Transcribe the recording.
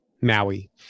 Maui